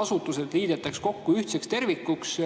asutused liidetakse kokku ühtseks tervikuks.